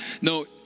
No